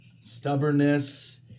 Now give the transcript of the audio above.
stubbornness